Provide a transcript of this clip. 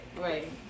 right